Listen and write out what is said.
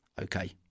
Okay